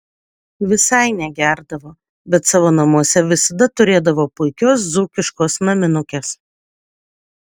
visai negerdavo bet savo namuose visada turėdavo puikios dzūkiškos naminukės